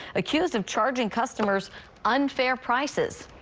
accused of charging customers unfair prices.